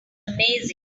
amazing